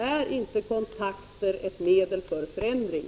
Är inte kontakter ett medel för förändring?